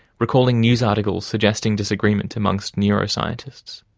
recalling news articles suggesting disagreement amongst neuroscientists.